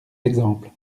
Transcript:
exemples